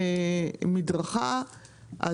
הורסים מדרכה,